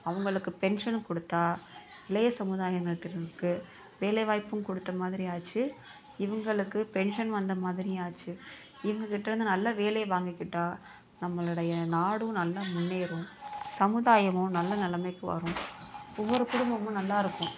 அவங்களுக்கு பென்ஷனு கொடுத்தா இளைய சமுதாயத்தினருக்கு வேலைவாய்ப்பும் கொடுத்தமாதிரி ஆச்சு இவங்களுக்கு பென்ஷன் வந்தமாதிரியும் ஆச்சு இவங்கக்கிட்ட இருந்து நல்ல வேலை வாங்கிக்கிட்டால் நம்மளுடைய நாடும் நல்ல முன்னேறும் சமுதாயமும் நல்ல நிலமைக்கு வரும் ஒவ்வொரு குடும்பமும் நல்லா இருக்கும்